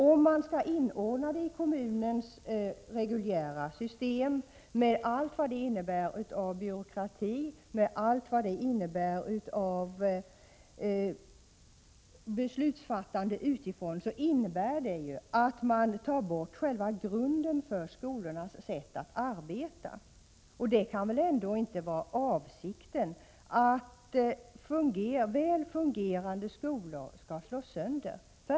Om man inordnar dessa skolor i kommunens reguljära system med allt vad det innebär av byråkrati och beslutsfattande utifrån leder det till att man tar bort själva grunden för skolornas sätt att arbeta. Det kan väl ändå inte vara avsikten att väl fungerande skolor skall slås sönder?